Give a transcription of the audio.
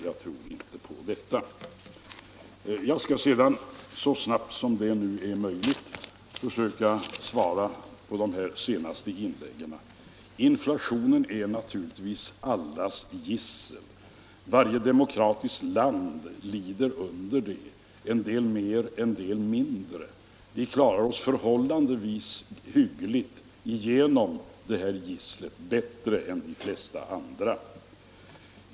Jag tror inte på detta. Jag skall sedan så snabbt som det är möjligt svara på de senaste inläggen. Inflationen är naturligtvis allas gissel. Varje demokratiskt land lider under det, en del mer, en del mindre. Vi klarar oss förhållandevis hyggligt igenom detta gissel, bättre än de flesta andra.